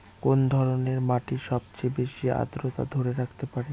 কোন ধরনের মাটি সবচেয়ে বেশি আর্দ্রতা ধরে রাখতে পারে?